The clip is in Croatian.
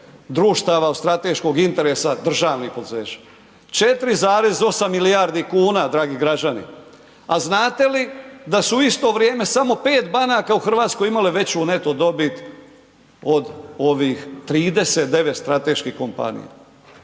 društava od strateškog interesa državnih poduzeća? 4,8 milijardi kuna dragi građani. A znate li da su u isto vrijeme samo 5 banaka u Hrvatskoj imale veću neto dobit od ovih 39 strateških kompanija.